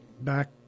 back